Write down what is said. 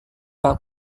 pak